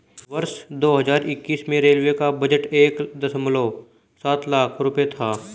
वर्ष दो हज़ार इक्कीस में रेलवे का बजट एक दशमलव सात लाख रूपये था